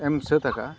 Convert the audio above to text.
ᱮᱢ ᱥᱟᱹᱛ ᱟᱠᱟᱫᱼᱟ